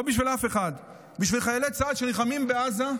לא בשביל אף אחד, בשביל חיילי צה"ל שנלחמים בעזה,